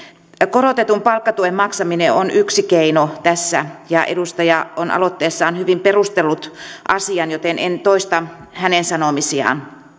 korotetun palkkatuen maksaminen on yksi keino tässä ja edustaja on aloitteessaan hyvin perustellut asian joten en toista hänen sanomisiaan